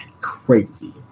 crazy